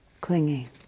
clinging